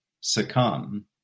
Succumb